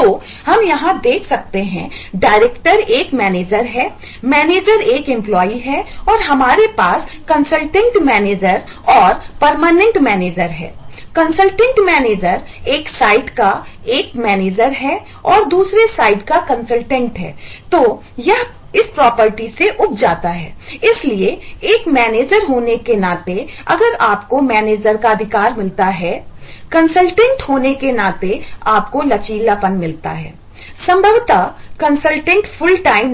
तो हम यहां देख सकते हैं डायरेक्टर